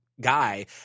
guy